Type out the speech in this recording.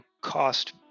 cost